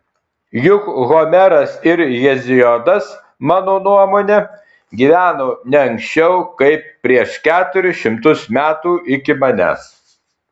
juk homeras ir heziodas mano nuomone gyveno ne anksčiau kaip prieš keturis šimtus metų iki manęs